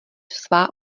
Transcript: svá